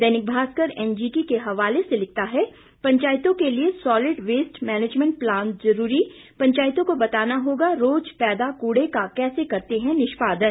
दैनिक Bhaskar NGT के हवाले से लिखता है पंचायतों के लिए सॉलिड वेस्ट मैनेजमेंट प्लान जरूरी पंचायतों को बताना होगा रोज पैदा कूड़े का कैसे करते है निष्पादन